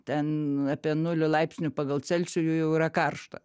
ten apie nulį laipsnių pagal celsijų jau yra karšta